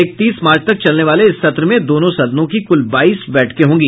इकतीस मार्च तक चलने वाले इस सत्र में दोनों सदनों की कुल बाईस बैठकें होंगी